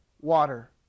water